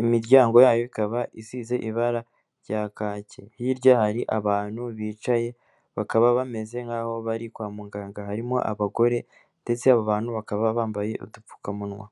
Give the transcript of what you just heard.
imiryango yayo ikaba isize ibara rya kake, hirya hari abantu bicaye bakaba bameze nk'aho bari kwa muganga, harimo abagore ndetse abo bantu bakaba bambaye udupfukamunwa.